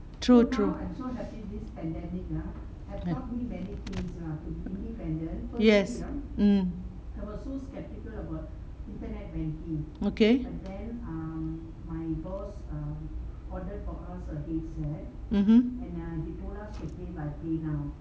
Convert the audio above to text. true true yes mm okay mmhmm